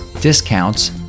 discounts